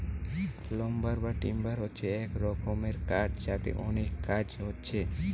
lumber বা timber হচ্ছে এক রকমের কাঠ যাতে অনেক কাজ হচ্ছে